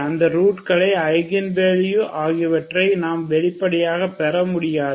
அந்த ரூட்கள் eigen value அவற்றை நாம் வெளிப்படையாக பெற முடியாது